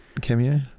cameo